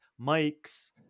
mics